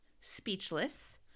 speechless